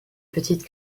petite